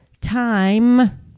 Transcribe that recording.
time